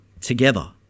together